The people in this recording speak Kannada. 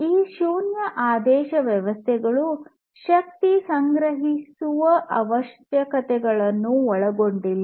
ಈ ಶೂನ್ಯ ಆದೇಶ ವ್ಯವಸ್ಥೆಗಳು ಶಕ್ತಿ ಸಂಗ್ರಹಿಸುವ ಅವಶ್ಯಕತೆಗಳನ್ನು ಒಳಗೊಂಡಿಲ್ಲ